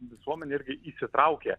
visuomenė irgi įsitraukė